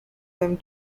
him